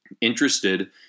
Interested